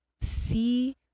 see